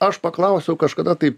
aš paklausiau kažkada tai